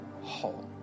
whole